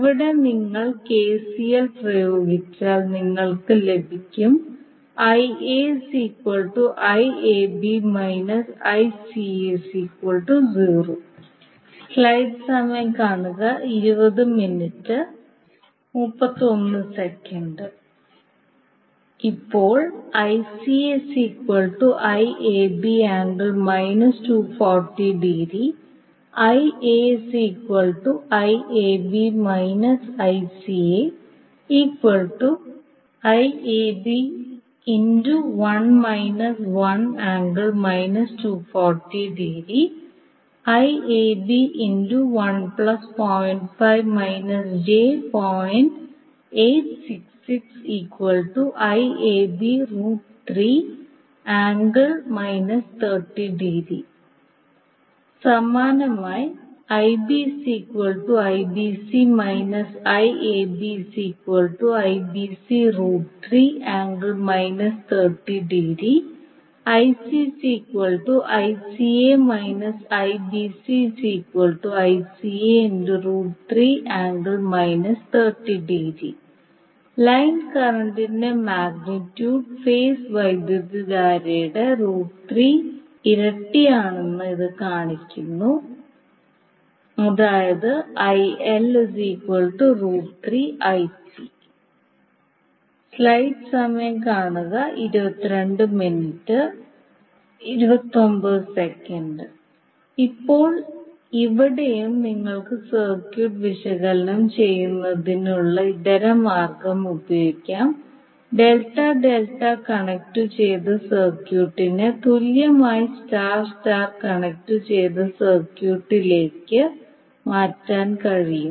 ഇവിടെ നിങ്ങൾ കെസിഎൽ പ്രയോഗിച്ചാൽ നിങ്ങൾക്ക് ലഭിക്കും ഇപ്പോൾ സമാനമായി ലൈൻ കറന്റിന്റെ മാഗ്നിറ്റ്യൂഡ് ഫേസ് വൈദ്യുതധാരയുടെ ഇരട്ടിയാണെന്ന് ഇത് കാണിക്കുന്നു അതായത് ഇപ്പോൾ ഇവിടെയും നിങ്ങൾക്ക് സർക്യൂട്ട് വിശകലനം ചെയ്യുന്നതിനുള്ള ഇതര മാർഗം ഉപയോഗിക്കാം ഡെൽറ്റ ഡെൽറ്റ കണക്റ്റുചെയ്ത സർക്യൂട്ടിനെ തുല്യമായ സ്റ്റാർ സ്റ്റാർ കണക്റ്റുചെയ്ത സർക്യൂട്ടിലേക്ക് മാറ്റാൻ കഴിയും